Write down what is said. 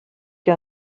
que